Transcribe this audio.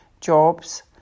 jobs